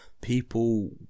people